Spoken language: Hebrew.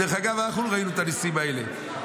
דרך אגב, אנחנו ראינו את הניסים האלה.